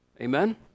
Amen